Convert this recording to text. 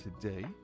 today